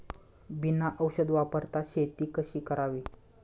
बिना औषध वापरता शेती कशी करावी?